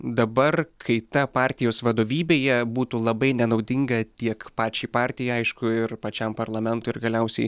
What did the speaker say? dabar kaita partijos vadovybėje būtų labai nenaudinga tiek pačiai partijai aišku ir pačiam parlamentui ir galiausiai